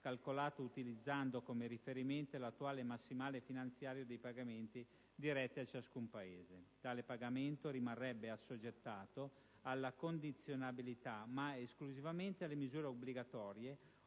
calcolato utilizzando come riferimento l'attuale massimale finanziario dei pagamenti diretti di ciascun Paese. Tale pagamento rimarrebbe assoggettato alla condizionalità, esclusivamente alle misure obbligatorie